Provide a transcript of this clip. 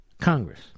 Congress